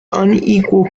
unequal